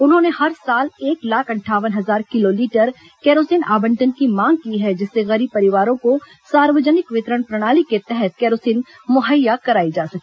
उन्होंने हर साल एक लाख अंठावन हजार किलोलीटर कैरोसिन आवंटन की मांग की है जिससे गरीब परिवारों को सार्वजनिक वितरण प्रणाली के तहत कैरोसिन मुहैया कराई जा सके